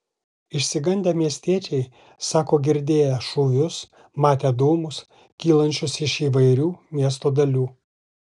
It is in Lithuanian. išsigandę miestiečiai sako girdėję šūvius matę dūmus kylančius iš įvairių miesto dalių